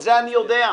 את זה אני יודע.